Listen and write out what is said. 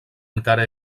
encara